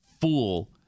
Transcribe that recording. fool